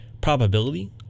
probability